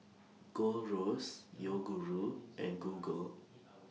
Gold Roast Yoguru and Google